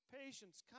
patience